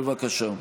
בבקשה.